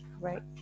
Right